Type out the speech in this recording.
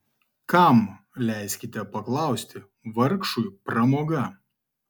kam leiskite paklausti vargšui pramoga